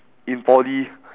in poly